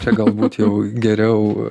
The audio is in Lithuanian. čia galbūt jau geriau